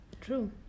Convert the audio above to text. true